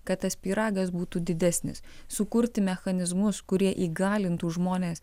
kad tas pyragas būtų didesnis sukurti mechanizmus kurie įgalintų žmones